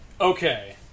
Okay